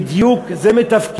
זה בדיוק מתפקידנו,